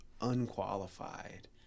unqualified